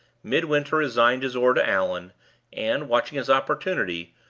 midwinter resigned his oar to allan and, watching his opportunity,